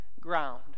ground